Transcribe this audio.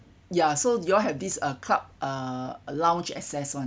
ya so you all have this uh club uh lounge access [one]